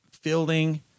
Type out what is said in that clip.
fielding